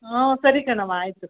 ಹಾಂ ಸರಿ ಕಣವ್ವ ಆಯ್ತು